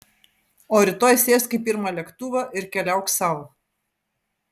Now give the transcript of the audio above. o rytoj sėsk į pirmą lėktuvą ir keliauk sau